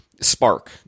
spark